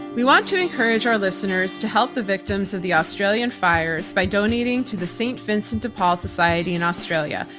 we want to encourage our listeners to help the victims of the australian fires by donating to the st. vincent de paul society in australia,